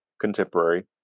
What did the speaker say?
contemporary